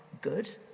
good